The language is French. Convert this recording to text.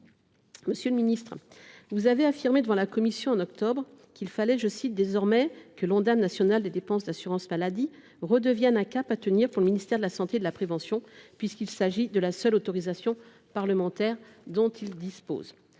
Monsieur le ministre, vous avez affirmé devant la commission, en octobre, qu’il fallait « désormais que l’Ondam redevienne un cap à tenir pour le ministère de la santé et de la prévention, puisqu’il s’agit de la seule autorisation parlementaire dont il dispose ».